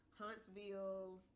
Huntsville